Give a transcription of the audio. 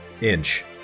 inch